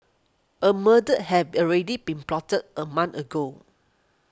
a murder had already been plotted a month ago